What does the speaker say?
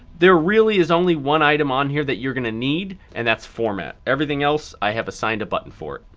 there really is only one item on here that you're gonna need and that's format. everything else i have assigned a button for it.